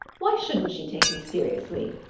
why shouldn't she take me seriously?